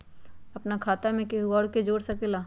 अपन खाता मे केहु आर के जोड़ सके ला?